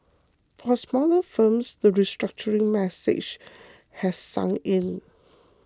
for smaller firms the restructuring message has sunk in